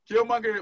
Killmonger